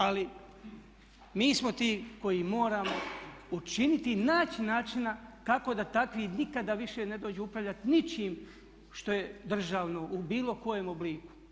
Ali mi smo ti koji moramo učiniti i naći načina kako da takvi nikada više ne dođu upravljati ničim što je državno u bilo kojem obliku.